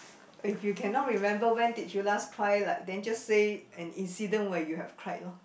if you cannot remember when did you last cry like then just say an incident where you had cried loh